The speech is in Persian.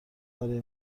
برای